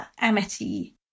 amity